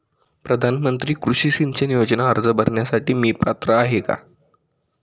प्रधानमंत्री कृषी सिंचन योजना अर्ज भरण्यासाठी मी पात्र आहे का?